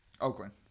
Oakland